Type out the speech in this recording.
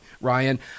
Ryan